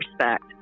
respect